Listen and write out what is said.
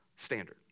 Standard